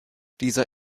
dieser